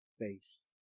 face